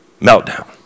Meltdown